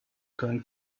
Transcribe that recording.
going